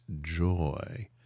joy